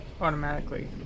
Automatically